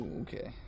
Okay